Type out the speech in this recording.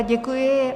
Děkuji.